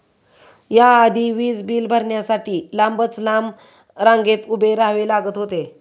या आधी वीज बिल भरण्यासाठी लांबच लांब रांगेत उभे राहावे लागत होते